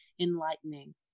enlightening